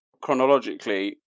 chronologically